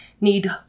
need